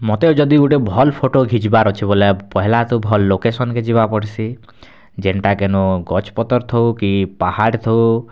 ମୋତେ ଯଦି ଗୋଟେ ଭଲ୍ ଫଟୋ ଘିଚବାର୍ ଅଛେ ବଲେ ପହେଲା ତ ଭଲ୍ ଲୋକେସନ୍ କେ ଯିବାର୍ ପଡ଼ସି ଯେନତା କେନ ଗଛ୍ ପତର୍ ଥଉ କି ପାହାଡ଼୍ ଥଉ